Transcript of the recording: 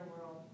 world